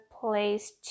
place